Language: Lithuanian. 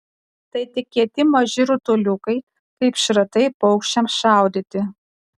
tai tik kieti maži rutuliukai kaip šratai paukščiams šaudyti